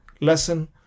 lesson